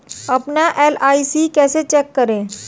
अपना एल.आई.सी कैसे चेक करें?